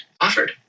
offered